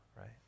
right